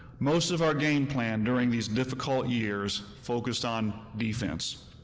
most of our game plan during these difficult years focused on defense.